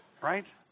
Right